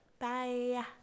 Bye